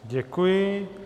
Děkuji.